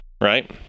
right